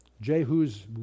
Jehu's